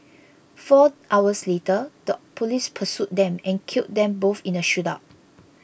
four hours later the police pursued them and killed them both in a shootout